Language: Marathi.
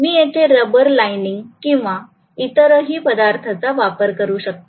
मी येथे रबर लाइनिंग किंवा इतरही पदार्थाचा वापर करू शकतो